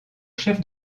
chef